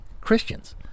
Christians